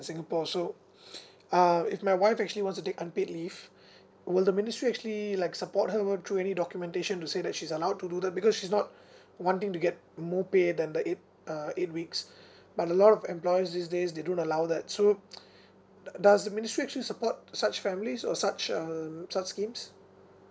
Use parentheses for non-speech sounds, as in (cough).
in singapore so uh if my wife actually wants to take unpaid leave will the ministry actually like support her through any documentation to say that she's allowed to do that because she's not wanting to get more pay than the eight uh eight weeks but a lot of employers these days they don't allow that so (noise) does does the ministry actually support such family so uh such err such schemes